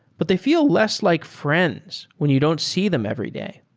but they feel less like friends when you don't see them every day.